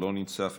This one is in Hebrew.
לא נמצא,